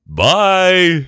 bye